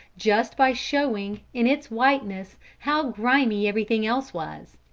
just by showing, in its whiteness, how grimy everything else was.